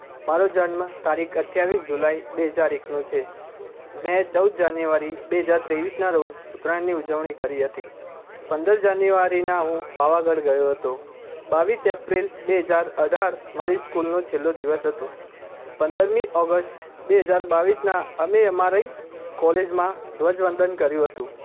મારો જન્મ તારીખ અઠ્ઠાવીસ જુલાઇ બે હજાર એકનો છે મેં ચૌદ જાન્યુઆરી બે હજાર ત્રેવીસના રોજ ઉત્તરાયણની ઉજવણી કરી હતી પંદર જાન્યુઆરીના હું પાવાગઢ ગયો હતો બાવીસ એપ્રિલ બે હજાર અઢાર મારી સ્કૂલનો છેલ્લો દિવસ હતો પંદરમી ઑગષ્ટ બે હજાર બાવીસના અમે અમારી કૉલેજમાં ધ્વજવંદન કર્યું હતું